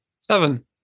Seven